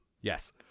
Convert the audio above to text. yes